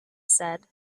said